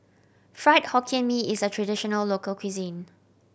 Fried Hokkien Mee is a traditional local cuisine